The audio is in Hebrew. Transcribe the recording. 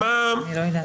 אני לא יודעת.